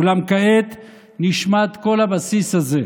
אולם כעת נשמט כל הבסיס הזה,